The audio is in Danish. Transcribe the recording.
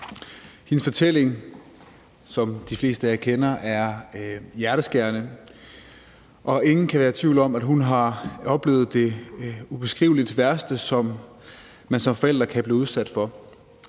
Hendes fortælling, som de fleste af jer kender, er hjerteskærende, og ingen kan være i tvivl om, at hun har oplevet det ubeskriveligt værste, som man som forældre kan blive udsat for.